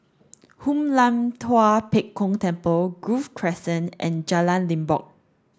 Hoon Lam Tua Pek Kong Temple Grove Crescent and Jalan Limbok